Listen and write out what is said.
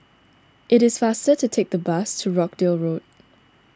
it is faster to take the bus to Rochdale Road